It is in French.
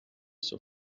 sur